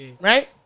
right